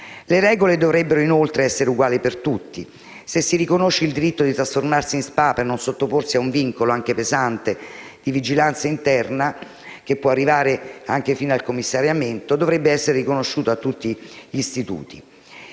Le regole dovrebbero inoltre essere uguali per tutti: se si riconosce il diritto di trasformarsi in SpA per non sottoporsi ad un vincolo, anche pesante, di vigilanza interna, che può arrivare anche fino al commissariamento, dovrebbe essere riconosciuto a tutti gli istituti.